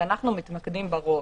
שאנחנו מתמקדים ברוב,